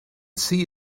see